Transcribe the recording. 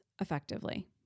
effectively